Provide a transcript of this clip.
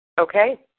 Okay